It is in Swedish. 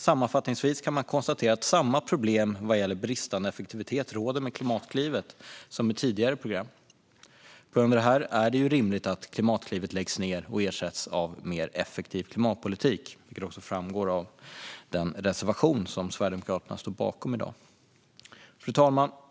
Sammanfattningsvis kan man konstatera att det med Klimatklivet råder samma problem vad gäller bristande effektivitet som med tidigare program. På grund av detta är det rimligt att Klimatklivet läggs ned och ersätts av en mer effektiv klimatpolitik, vilket också framgår av den reservation som Sverigedemokraterna står bakom i dag. Fru talman!